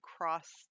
cross